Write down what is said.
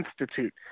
Institute